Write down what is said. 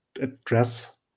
address